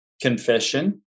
Confession